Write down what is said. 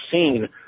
seen